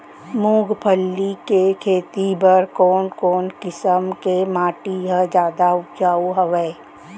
मूंगफली के खेती बर कोन कोन किसम के माटी ह जादा उपजाऊ हवये?